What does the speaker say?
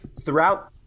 throughout